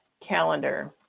calendar